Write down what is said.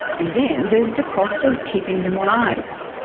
and then there's the cost of keeping them on ice.